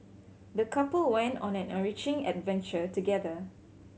the couple went on an enriching adventure together